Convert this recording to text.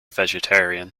vegetarian